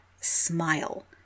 smile